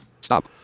Stop